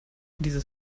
dieses